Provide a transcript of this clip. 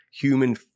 human